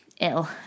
ill